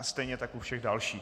Stejně tak u všech dalších.